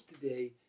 today